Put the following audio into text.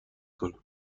کنم